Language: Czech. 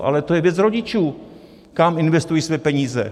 Ale to je věc rodičů, kam investují svoje peníze.